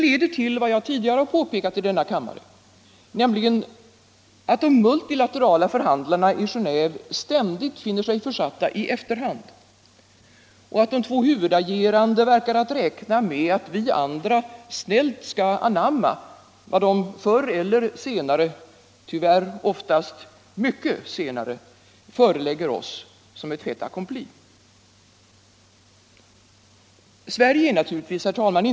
leder till vad jag tidigare påpekat i denna kammare, nämligen att de multilaterala förhandlarna i Geneve ständigt finner sig försatta i efterhand och att de två huvudagerande verkar att räkna med att vi andra skall snällt anamma vad de förr eller senare = tyvärr oftast mycket senare — förelägger oss som ett fait accompli. Sverige är naturligtvis, herr talman.